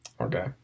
Okay